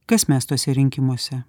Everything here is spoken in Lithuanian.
kas mes tuose rinkimuose